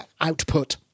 output